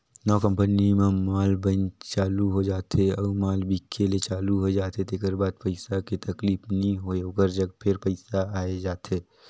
नवा कंपनी म माल बइन चालू हो जाथे अउ माल बिके ले चालू होए जाथे तेकर बाद पइसा के तकलीफ नी होय ओकर जग फेर पइसा आए जाथे